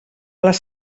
les